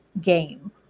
game